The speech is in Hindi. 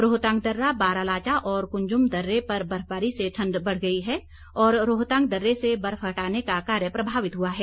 रोहतांग दर्रा बारालाचा और कुंजम दर्रे पर बर्फबारी से ठण्ड बढ़ गई है और रोहतांग दर्रे से बर्फ हटाने का कार्य प्रभावित हुआ है